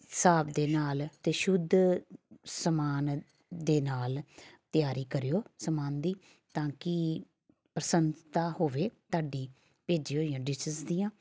ਹਿਸਾਬ ਦੇ ਨਾਲ ਅਤੇ ਸ਼ੁੱਧ ਸਮਾਨ ਦੇ ਨਾਲ ਤਿਆਰੀ ਕਰਿਓ ਸਮਾਨ ਦੀ ਤਾਂ ਕਿ ਪ੍ਰਸੰਨਤਾ ਹੋਵੇ ਤੁਹਾਡੀ ਭੇਜੀ ਹੋਈਆਂ ਡਿਸ਼ਿਜ਼ ਦੀਆਂ